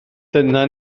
dyna